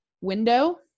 window